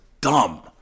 dumb